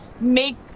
make